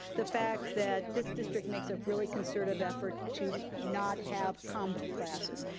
the fact that this district makes a really concerted effort to not have combo classes.